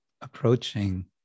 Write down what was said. approaching